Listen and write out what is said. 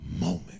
moment